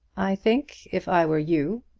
i think, if i were you,